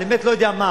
אני באמת לא יודע מה,